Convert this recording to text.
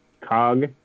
COG